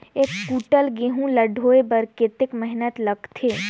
एक कुंटल गहूं ला ढोए बर कतेक मेहनत लगथे?